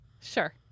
Sure